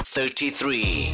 Thirty-three